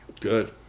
Good